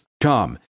come